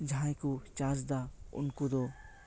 ᱡᱟᱦᱟᱸᱭ ᱠᱚ ᱪᱟᱥ ᱮᱫᱟ ᱩᱱᱠᱩ ᱫᱚ